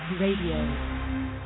RADIO